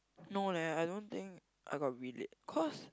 no leh I don't think I got relate cause